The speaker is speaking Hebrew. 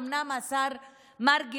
אומנם השר לשירותים חברתיים,